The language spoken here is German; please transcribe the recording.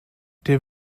der